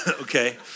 okay